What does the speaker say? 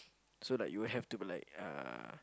so like you will have to be like uh